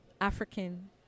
African